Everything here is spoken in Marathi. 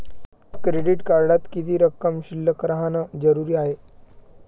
क्रेडिट कार्डात किती रक्कम शिल्लक राहानं जरुरी हाय?